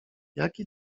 jaki